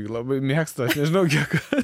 labai mėgstu aš nežinau kiek